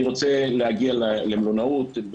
אני רוצה להגיע למלונאות.